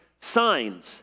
signs